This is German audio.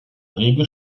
rege